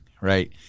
right